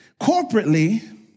corporately